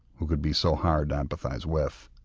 who could be so hard to empathise with.